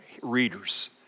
readers